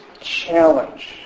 challenge